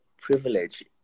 privilege